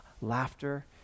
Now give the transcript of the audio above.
laughter